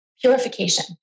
purification